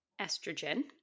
estrogen